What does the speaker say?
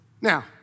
Now